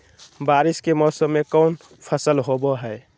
बारिस के मौसम में कौन फसल होबो हाय?